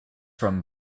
from